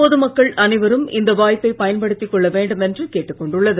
பொது மக்கள் அனைவரும் இந்த வாய்ப்பை பயன்படுத்திக் கொள்ள வேண்டும் என்றும் கேட்டுக் கொண்டுள்ளது